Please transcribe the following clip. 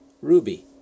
Ruby